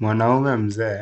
Mwanaume mzee